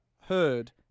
heard